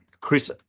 Chris